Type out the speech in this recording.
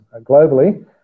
globally